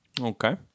Okay